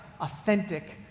authentic